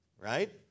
right